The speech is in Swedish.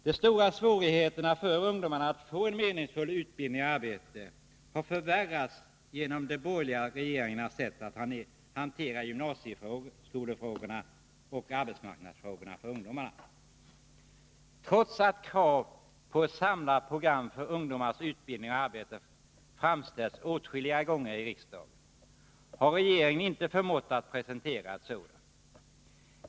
De stora svårigheterna för ungdomarna att få en meningsfull utbildning och ett arbete har förvärrats genom de borgerliga regeringarnas sätt att hantera gymnasieskolefrågorna och arbetsmarknadsfrågorna för ungdomarna. Trots att krav på ett samlat program för ungdomars arbete och utbildning framställts åtskilliga gånger i riksdagen, har regeringen inte förmått presentera ett sådant.